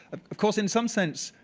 of course, in some sense,